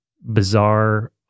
bizarre